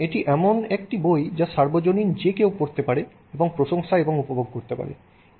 এটি এমন একটি বই যা সর্বজনীন যে কেউ পড়তে পারে এবং প্রশংসা এবং উপভোগ করতে পারে